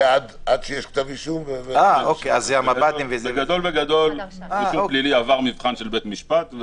זה עד שיש כתב אישום --- בגדול רישום פלילי עבר מבחן של בית משפט,